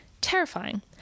terrifying